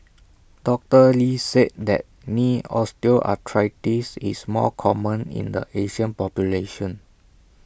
doctor lee said that knee osteoarthritis is more common in the Asian population